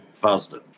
faster